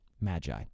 magi